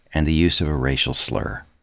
and the use of a racial slur.